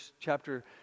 chapter